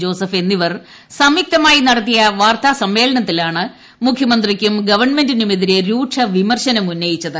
Joseph എന്നിവർ സംയുക്തമായി നടത്തിയ വാർത്താ സമ്മേളനത്തിലാണ് മുഖ്യമന്ത്രിക്കും ഗവൺമെന്റ് രൂക്ഷ വിമർശനം ഉന്നയിച്ചത്